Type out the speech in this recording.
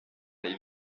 les